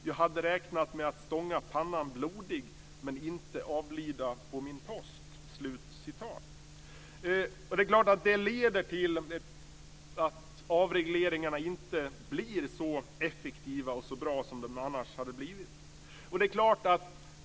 Jag hade räknat med att stånga pannan blodig men inte avlida på min post. Det är klart att det leder till att avregleringarna inte blir så effektiva och så bra som de annars skulle ha blivit.